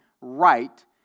right